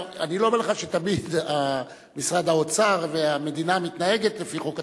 אני לא אומר לך שתמיד משרד האוצר והמדינה מתנהגים לפי חוק התקציב,